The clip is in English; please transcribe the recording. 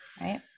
right